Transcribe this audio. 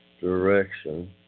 direction